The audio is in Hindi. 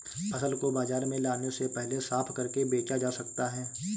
फसल को बाजार में लाने से पहले साफ करके बेचा जा सकता है?